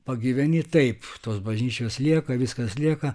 pagyveni taip tos bažnyčios lieka viskas lieka